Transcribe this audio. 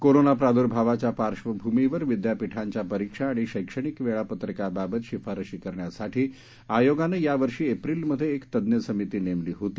corona प्रादुर्भावाच्या पार्श्वभूमीवर विद्यापीठांच्या परीक्षा आणि शैक्षणिक वेळापत्रकाबाबत शिफारशी करण्यासाठी आयोगानं या वर्षी एप्रिलमध्ये एक तज्ञ समिती नेमली होती